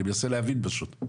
אני מנסה להבין פשוט.